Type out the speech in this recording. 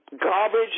garbage